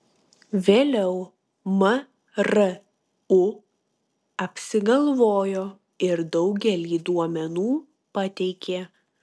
vėliau mru apsigalvojo ir daugelį duomenų pateikė